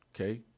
Okay